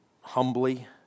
humbly